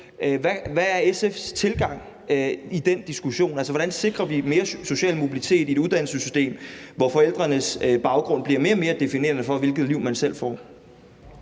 Hvad er SF's tilgang i den diskussion? Altså, hvordan sikrer vi mere social mobilitet i et uddannelsessystem, hvor forældrenes baggrund bliver mere og mere definerende for, hvilket liv man selv får?